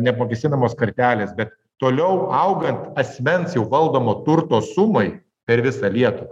neapmokestinamos kartelės bet toliau augant asmens jau valdomo turto sumai per visą lietuvą